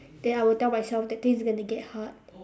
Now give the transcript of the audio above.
then I would tell myself that things are gonna get hard